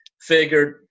figured